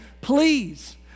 please